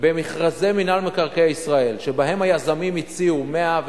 במכרזי מינהל מקרקעי ישראל שבהם היזמים הציעו 100%,